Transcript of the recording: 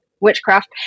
witchcraft